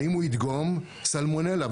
האם הוא ידגום סלמונלה?